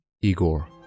Igor